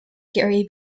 gary